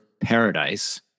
paradise